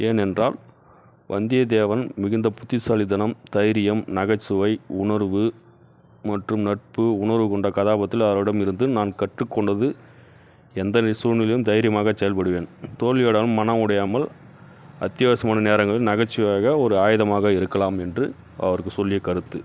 ஏனென்றால் வந்திய தேவன் மிகுந்த புத்திசாலித்தனம் தைரியம் நகைச்சுவை உணர்வு மற்றும் நட்பு உணர்வு கொண்ட கதாபாத்தில் அவரிடம் இருந்து நான் கற்றுக் கொண்டது எந்த நிலை சூல்நிலையும் தைரியமாக செயல்படுவேன் தோல்வியோட மனம் உடையாமல் அத்தியாவசிமான நேரங்கள் நகைச்சுவையாக ஒரு ஆயுதமாக இருக்கலாம் என்று அவருக்கு சொல்லிய கருத்து